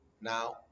now